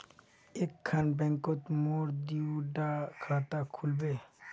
एक खान बैंकोत मोर दुई डा खाता खुल बे?